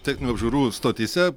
techninių apžiūrų stotyse